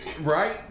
Right